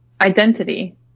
identity